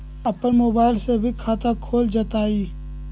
अपन मोबाइल से भी खाता खोल जताईं?